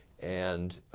and